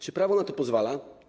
Czy prawo na to pozwala?